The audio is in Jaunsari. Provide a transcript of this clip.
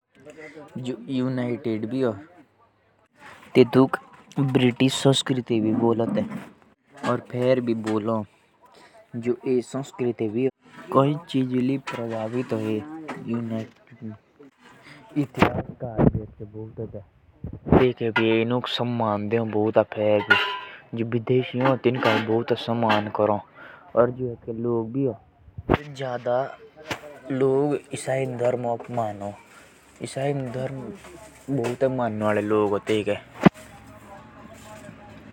जो यूनाइटेड भी ह एतुक ब्रिटिश संस्कृति भी बोलो थे। एतके जादा एसाई धर्म के लोग रोह। एतके सबसे जादा पसंद ड्रामा जो हो भी ह ततुक करो।